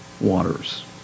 waters